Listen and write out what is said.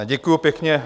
Děkuju pěkně.